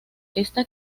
esta